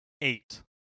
eight